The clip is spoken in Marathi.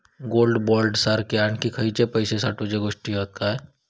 गोल्ड बॉण्ड सारखे आणखी खयले पैशे साठवूचे गोष्टी हत काय?